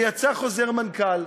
ויצא חוזר מנכ"ל.